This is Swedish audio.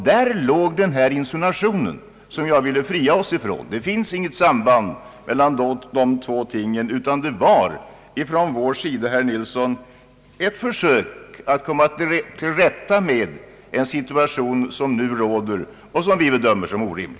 Däri låg den insinuation som jag vill fria oss ifrån. Det finns nämligen inte något samband mellan dessa två ting, utan vi har från vår sida endast gjort ett försök att komma till rätta med en situation som nu råder och som vi bedömer som orimlig.